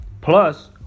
Plus